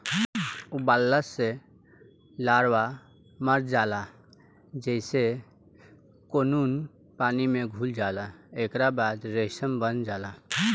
उबालला से लार्वा मर जाला जेइसे कोकून पानी में घुल जाला एकरा बाद रेशम बन जाला